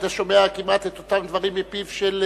היית שומע כמעט את אותם דברים מפיו של